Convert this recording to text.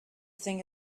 thing